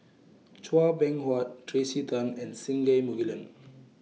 Chua Beng Huat Tracey Tan and Singai Mukilan